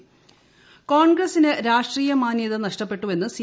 വിജയരാഘവൻ കോൺഗ്രസിന് രാഷ്ട്രീയ മാന്യത നഷ്ടപ്പെട്ടുവെന്ന് സി